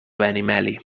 benimeli